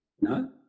no